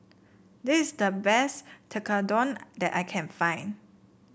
this is the best Tekkadon that I can find